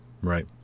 Right